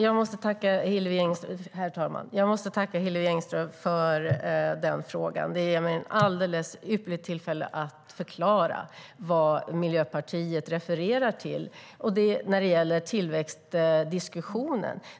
Herr talman! Jag måste tacka Hillevi Engström för den frågan. Den ger mig ett alldeles ypperligt tillfälle att förklara vad Miljöpartiet refererar till när det gäller tillväxtdiskussionen.